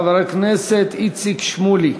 חבר הכנסת איציק שמולי.